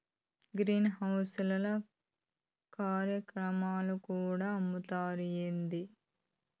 green house ల కూరాకులు కూడా అమ్ముతారా ఏంది